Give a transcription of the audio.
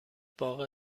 باغ